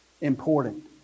important